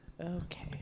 Okay